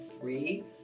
three